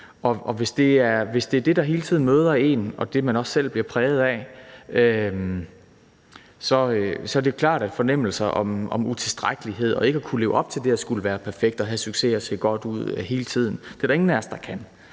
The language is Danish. Og hvis det er det, der hele tiden møder en, og det, man også selv bliver præget af, så er det klart, at der vil opstå en fornemmelse af utilstrækkelighed og af ikke at kunne leve op til det med at skulle være perfekt, have succes og se godt ud hele tiden – det er der ingen af os der kan.